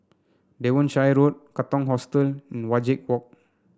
Devonshire Road Katong Hostel and Wajek Walk